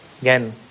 Again